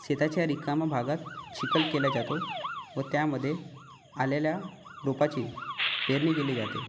शेताच्या रिकाम्या भागात चिखल केला जातो व त्यामधे आलेल्या रोपाची पेरनी केली जाते